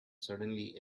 suddenly